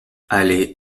allée